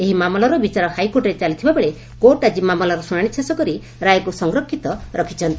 ଏହି ମାମଲାର ବିଚାର ହାଇକୋର୍ଟରେ ଚାଲିଥିବାବେଳେ କୋର୍ଟ ଆକି ମାମଲାର ଶୁଣାଣି ଶେଷକରି ରାୟକୁ ସଂରକ୍ଷିତ ରଖିଛନ୍ତି